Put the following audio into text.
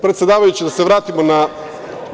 Predsedavajući, da se vratimo na temu.